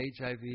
HIV